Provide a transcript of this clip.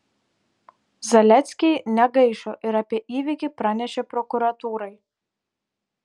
zaleckiai negaišo ir apie įvykį pranešė prokuratūrai